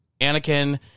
Anakin